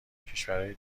کشورای